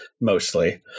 mostly